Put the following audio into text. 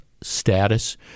status